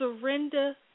surrender